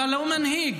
אתה לא מנהיג